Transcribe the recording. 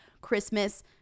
Christmas